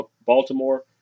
Baltimore